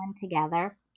together